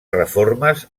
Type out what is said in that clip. reformes